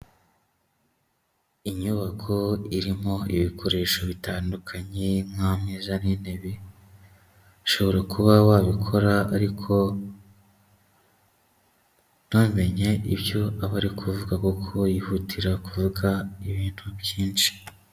Inyubako irimo ibikoresho bitandukanye nk'ameza n'intebe, ushobora kuba wabikora ariko ntumenye ibyo aba ari kuvuga kuko yihutira kuvuga ibintu byinshi.